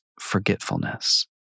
forgetfulness